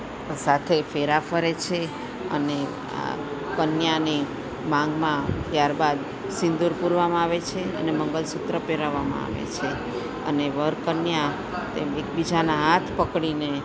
સાથે ફેરા ફરે છે અને આ કન્યાની માંગમાં ત્યારબાદ સિંદુર પૂરવામાં આવે છે અને મંગલસૂત્ર પહેરાવવામાં આવે છે અને વરકન્યા તે એકબીજાના હાથ પકડીને